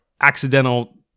accidental